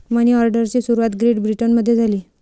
मनी ऑर्डरची सुरुवात ग्रेट ब्रिटनमध्ये झाली